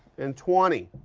and twenty.